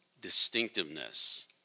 distinctiveness